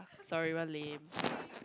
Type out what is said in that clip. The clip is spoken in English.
sorry we are lame